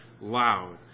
loud